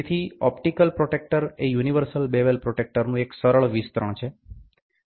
તેથી optical protractor એ universal bevel પ્રોટ્રેક્ટરનું એક સરળ વિસ્તરણ છે